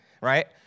right